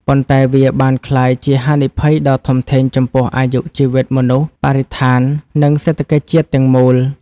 ប៉ុន្តែវាបានក្លាយជាហានិភ័យដ៏ធំធេងចំពោះអាយុជីវិតមនុស្ស បរិស្ថាន និងសេដ្ឋកិច្ចជាតិទាំងមូល។